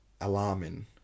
alarming